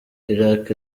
iraq